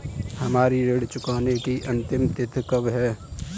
हमारी ऋण चुकाने की अंतिम तिथि कब है?